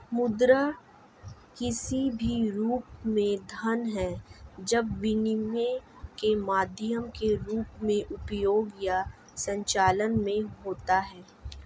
मुद्रा किसी भी रूप में धन है जब विनिमय के माध्यम के रूप में उपयोग या संचलन में होता है